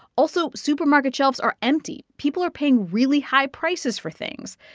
also, supermarket shelves are empty. people are paying really high prices for things.